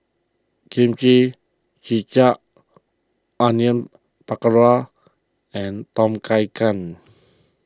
Kimchi Jjigae Onion Pakora and Tom Kha Gai